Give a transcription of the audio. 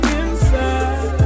inside